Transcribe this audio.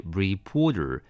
reporter